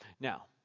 Now